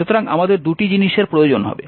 সুতরাং আমাদের দুটি জিনিসের প্রয়োজন হবে